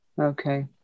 Okay